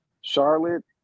Charlotte